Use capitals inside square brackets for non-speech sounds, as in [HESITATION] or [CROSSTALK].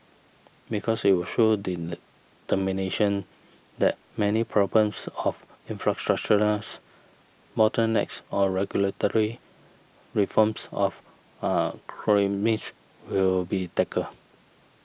because it will show determination that many problems of infrastructural [UNINTELLIGIBLE] bottlenecks of regulatory reforms of [HESITATION] [UNINTELLIGIBLE] will be tackled